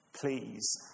Please